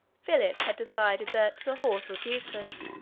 philip had decided that the horse was useless,